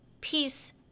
peace